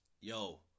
Yo